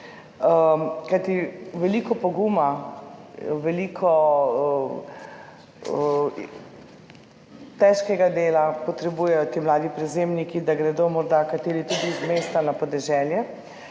Kajti veliko poguma, veliko težkega dela potrebujejo ti mladi prevzemniki, da gredo morda kateri tudi iz mesta na podeželje.